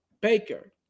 Baker